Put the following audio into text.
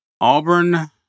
Auburn